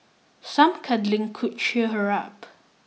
some cuddling could cheer her up